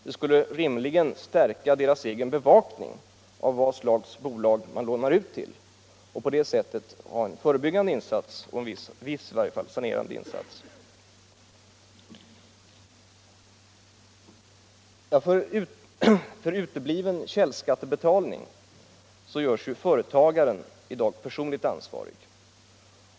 Det skulle rimligen stärka deras egen bevakning av vad för slags bolag de lånar ut till och därigenom vara en förebyggande insats med viss sanerande effekt. För utebliven källskattebetalning görs i dag företagaren personligen ansvarig.